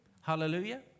Hallelujah